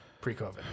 pre-COVID